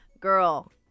girl